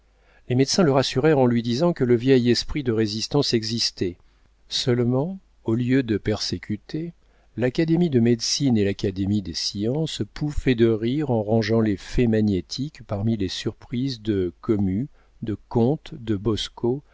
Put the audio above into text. les médecins le rassurèrent en lui disant que le vieil esprit de résistance existait seulement au lieu de persécuter l'académie de médecine et l'académie des sciences pouffaient de rire en rangeant les faits magnétiques parmi les surprises de comus de comte de bosco